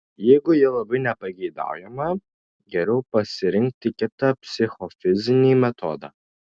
jeigu ji labai nepageidaujama geriau pasirinkti kitą psichofizinį metodą